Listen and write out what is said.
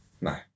No